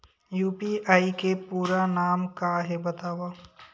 UPI के पूरा नाम का हे बतावव?